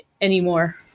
anymore